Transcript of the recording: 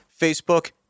Facebook